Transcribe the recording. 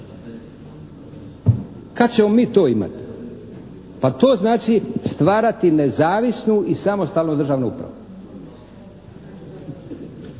Kad ćemo mi to imati? Pa to znači stvarati nezavisnu i samostalnu državnu upravu.